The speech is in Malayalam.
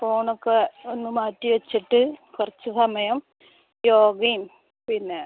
ഫോണൊക്കെ ഒന്ന് മാറ്റി വെച്ചിട്ട് കുറച്ച് സമയം യോഗയും പിന്നെ